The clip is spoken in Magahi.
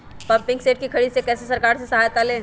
पम्पिंग सेट के ख़रीदे मे कैसे सरकार से सहायता ले?